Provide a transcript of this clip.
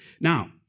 Now